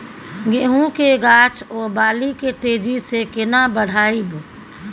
गेहूं के गाछ ओ बाली के तेजी से केना बढ़ाइब?